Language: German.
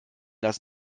das